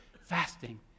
fasting